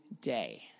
day